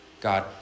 God